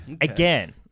Again